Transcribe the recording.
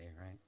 right